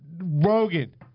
Rogan